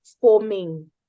forming